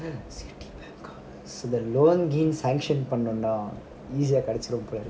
citi bank ஆ இந்த loan கீன்:aa intha loan keen sanction பண்ணனும்னா ஈஸியா கிடைச்சுடும் போல:pannanumna easya kidaichidum pola